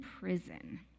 prison